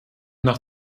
nach